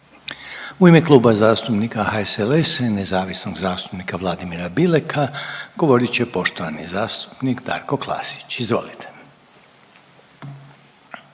U ime Kluba zastupnika HSLS-a i nezavisnog zastupnika Vladimira Bileka govorit će poštovani zastupnik Darko Klasić, izvolite.